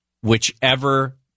whichever